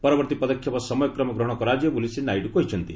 ପରବର୍ତ୍ତୀ ପଦକ୍ଷେପ ସମୟକ୍ରମେ ଗ୍ରହଣ କରାଯିବ ବୋଲି ଶ୍ରୀ ନାଇଡ଼ୁ କହିଛନ୍ତି